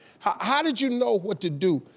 how did you know what to do?